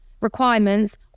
requirements